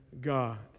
God